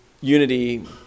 unity